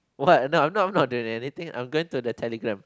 what no I'm not I'm not doing anything I'm going to the Telegram